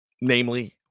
Namely